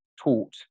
taught